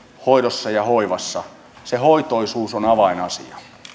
hoidossa ja hoivassa se hoitoisuus on avainasia